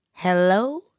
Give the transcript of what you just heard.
Hello